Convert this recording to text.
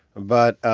but